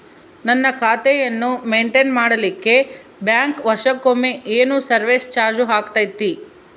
ನನ್ನ ಖಾತೆಯನ್ನು ಮೆಂಟೇನ್ ಮಾಡಿಲಿಕ್ಕೆ ಬ್ಯಾಂಕ್ ವರ್ಷಕೊಮ್ಮೆ ಏನು ಸರ್ವೇಸ್ ಚಾರ್ಜು ಹಾಕತೈತಿ?